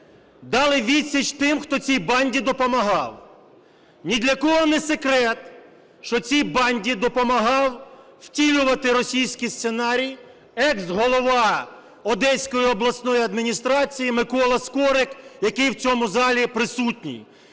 Дали відсіч тим, хто цій банді допомагав. Ні для кого не секрет, що цій банді допомагав втілювати російській сценарій екс-голова Одеської обласної адміністрації Микола Скорик, який в цьому залі присутній,